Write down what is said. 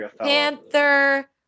Panther